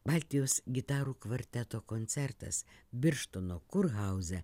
baltijos gitarų kvarteto koncertas birštono kurhauze